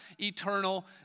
eternal